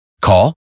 Call